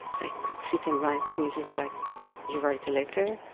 that i could sit and write music like you write a letter,